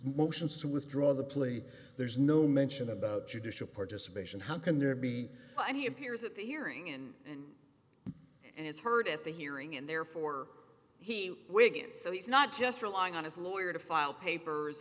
motions to withdraw the plea there's no mention about judicial participation how can there be any appears at the hearing in an and it's heard at the hearing and therefore he wigan so he's not just relying on his lawyer to file papers